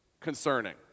concerning